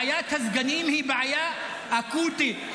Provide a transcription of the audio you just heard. בעיית הסגנים היא בעיה אקוטית,